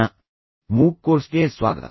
ನ ಮೂಕ್ ಕೋರ್ಸ್ಗೆ ಮತ್ತೆ ಸ್ವಾಗತ